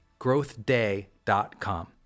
growthday.com